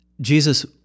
Jesus